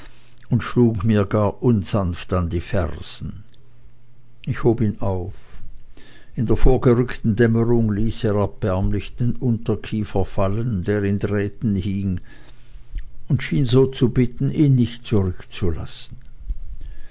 und schlug mir unsanft an die fersen ich hob ihn auf in der vorgerückten dämmerung ließ er erbärmlich den unterkiefer fallen der in drähten hing und schien so zu bitten ihn nicht zurückzulassen